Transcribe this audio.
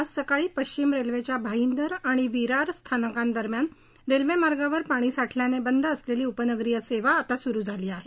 आज सकाळी पश्चिम रेल्वेच्या भाईदर आणि विरार स्थानकांदरम्यान रेल्वे मार्गावर पाणी साठल्याने बंद असलेली उपनगरीय सेवा आता सुरू झाली आहे